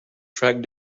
track